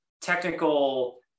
technical